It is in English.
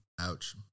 Ouch